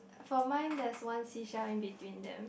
for mine there's one seashell in between them